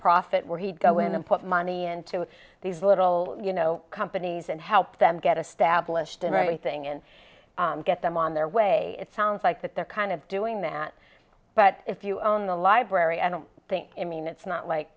profit where he'd go in and put money into these little you know companies and help them get established and everything and get them on their way it sounds like that they're kind of doing that but if you own the library i don't think i mean it's not like